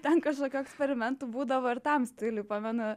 ten kažkokių eksperimentų būdavo ir tam stiliui pamenu